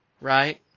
Right